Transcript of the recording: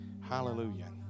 Hallelujah